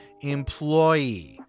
employee